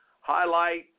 highlight